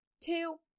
Two